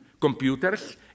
computers